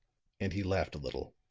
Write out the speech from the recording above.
and he laughed a little,